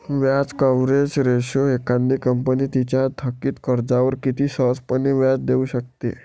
व्याज coverage ratio एखादी company तिच्या थकित कर्जावर किती सहजपणे व्याज देऊ शकते